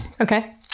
Okay